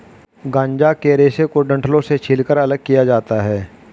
गांजा के रेशे को डंठलों से छीलकर अलग किया जाता है